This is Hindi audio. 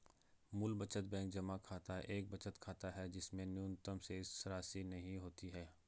मूल बचत बैंक जमा खाता एक बचत खाता है जिसमें न्यूनतम शेषराशि नहीं होती है